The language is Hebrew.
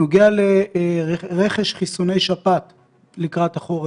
בנוגע לרכש חיסוני שפעת לקראת החורף,